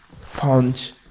punch